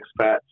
expats